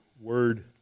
word